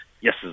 yes